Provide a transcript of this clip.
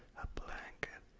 blanket,